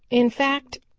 in fact,